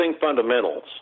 Fundamentals